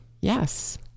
Yes